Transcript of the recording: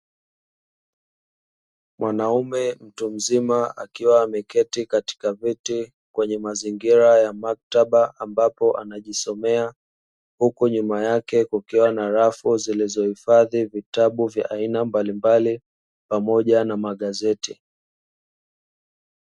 Mwanaume mtu mzima akiwa ameketi katika viti kwenye mazingira ya maktaba, ambapo anajisomea huku nyuma yake kukiwa na rafu zilizohifadhi vitabu vya aina mbalimbali pamoja na magazeti.